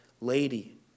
lady